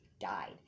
died